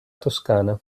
toscana